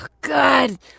good